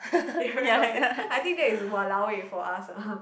I think that is !walao! eh for us